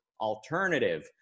alternative